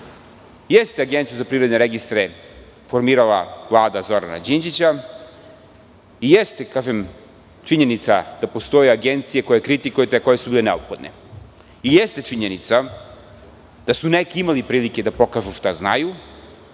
Jeste Agenciju za privredne registre formirala Vlada Zorana Đinđića. Jeste činjenica da postoje agencije koje kritikujete, a koje su bile neophodne. Jeste činjenica da su neki imali prilike da pokažu šta znaju,